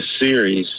series